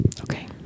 Okay